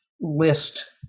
list